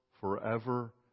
forever